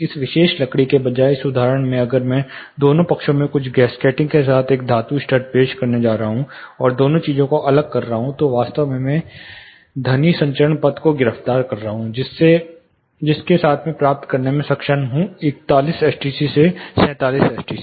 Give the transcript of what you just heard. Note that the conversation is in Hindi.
इस विशेष लकड़ी के बजाय इस उदाहरण में अगर मैं दोनों पक्षों में कुछ गैस्केटिंग के साथ एक धातु स्टड पेश करने जा रहा हूं और दोनों चीजों को अलग कर रहा हूं तो मैं वास्तव में ध्वनि संचरण पथ को गिरफ्तार कर रहा हूं जिसके साथ मैं प्राप्त करने में सक्षम हूं 41 एसटीसी से 47 एसटीसी